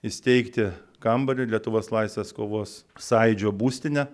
įsteigti kambarį lietuvos laisvės kovos sąjūdžio būstinę